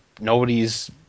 nobody's